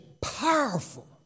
powerful